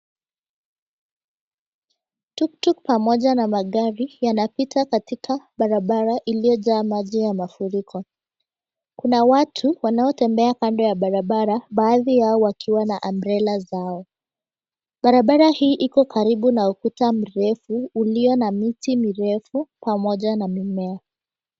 Tuktuk pamoja na magari yanapita katika barabara iliyojaa maji ya mafuriko. Kuna watu wanaotembea kando ya barabara, baadhi yao wakiwa na umbrella zao. Barabara hii iko karibu na ukuta mrefu ulio na miti mirefu pamoja na mimea.